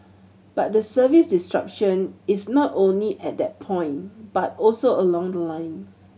but the service disruption is not only at that point but also along the line